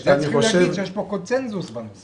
צריך לומר שיש קונצנזוס בנושא.